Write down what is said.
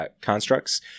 constructs